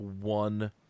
one